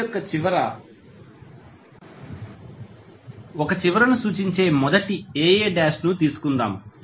coil యొక్క 1 చివరను సూచించే మొదటి a a' ను తీసుకుందాం